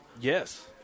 Yes